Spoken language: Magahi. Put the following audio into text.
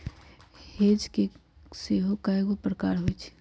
हेज के सेहो कएगो प्रकार होइ छै